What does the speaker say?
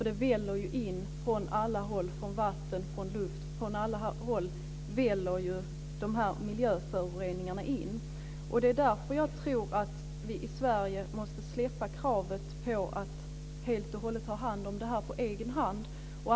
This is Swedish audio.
Det väller ju in från alla håll. Från vatten, från luft och från alla håll väller de här miljöföroreningarna in. Det är därför jag tror att vi i Sverige måste släppa kravet på att helt och hållet ta hand om det här på egen hand.